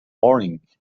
morning